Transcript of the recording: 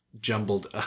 jumbled